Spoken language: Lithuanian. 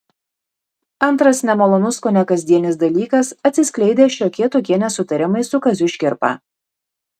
antras nemalonus kone kasdienis dalykas atsiskleidę šiokie tokie nesutarimai su kaziu škirpa